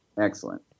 Excellent